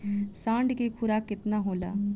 साँढ़ के खुराक केतना होला?